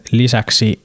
lisäksi